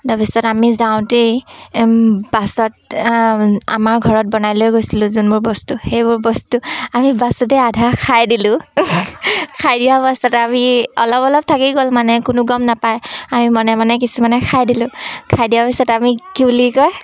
তাৰপিছত আমি যাওঁতেই বাছত আমাৰ ঘৰত বনাই লৈ গৈছিলোঁ যোনবোৰ বস্তু সেইবোৰ বস্তু আমি বাছতেই আধা খাই দিলোঁ খাই দিয়া পাছত আমি অলপ অলপ থাকি গ'ল মানে কোনো গম নাপায় আমি মনে মনে কিছুমানে খাই দিলোঁ খাই দিয়াৰ পিছত আমি কি বুলি কয়